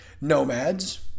nomads